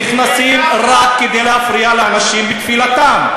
נכנסים רק כדי להפריע לאנשים בתפילתם.